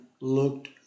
looked